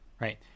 right